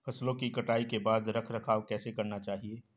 फसलों की कटाई के बाद रख रखाव कैसे करना चाहिये?